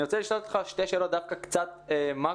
אני רוצה לשאול אותך שתי שאלות קצת מקרו.